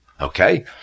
Okay